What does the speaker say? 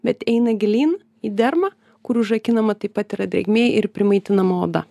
bet eina gilyn į dermą kur užrakinama taip pat yra drėgmė ir primaitinama oda